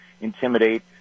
intimidate